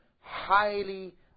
highly